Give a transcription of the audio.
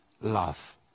love